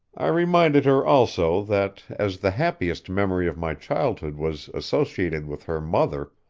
i reminded her also that as the happiest memory of my childhood was associated with her mother,